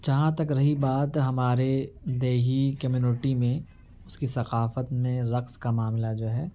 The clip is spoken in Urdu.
جہاں تک رہی بات ہمارے دیہی کمیونٹی میں اس کی ثقافت میں رقص کا معاملہ جو ہے